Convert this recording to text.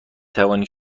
توانید